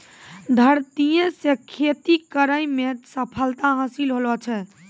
धरतीये से खेती करै मे सफलता हासिल होलो छै